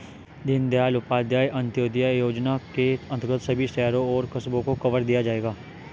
दीनदयाल उपाध्याय अंत्योदय योजना के अंतर्गत सभी शहरों और कस्बों को कवर किया जाएगा